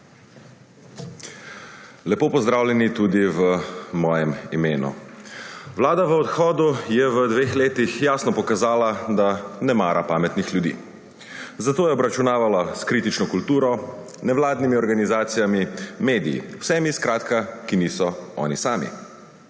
Lepo pozdravljeni tudi v mojem imenu! Vlada v odhodu je v dveh letih jasno pokazala, da ne mara pametnih ljudi. Zato je obračunavala s kritično kulturo, nevladnimi organizacijami, mediji. Skratka vsemi, ki niso oni sami.